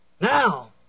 Now